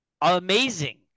amazing